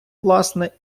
власне